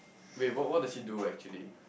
wait what what does she do actually